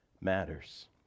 matters